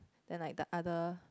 then like the other